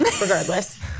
Regardless